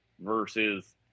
versus